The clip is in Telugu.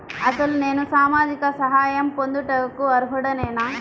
అసలు నేను సామాజిక సహాయం పొందుటకు అర్హుడనేన?